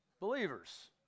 Believers